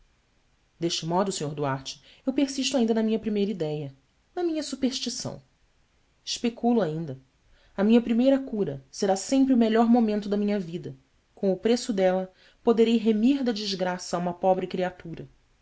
odo este modo sr duarte eu persisto ainda na minha primeira idéia na minha superstição especulo ainda a minha primeira cura será sempre o melhor momento da minha vida com o preço dela poderei remir da desgraça a uma pobre criatura